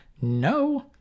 No